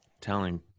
telling